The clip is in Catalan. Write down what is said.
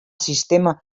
sistema